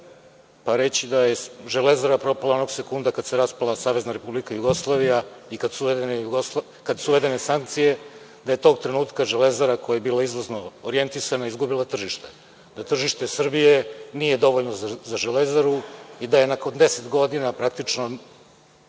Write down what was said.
pa reći da je „Železara“ propala onog sekunda kada se raspala Savezna Republika Jugoslavija i kada su uvedene sankcije, da je tog trenutka „Železara“, koja je bila izvozno orijentisana, izgubila tržište, da tržište Srbije nije dovoljno za „Železaru“ i da je nakon deset godina kako